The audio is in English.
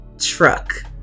truck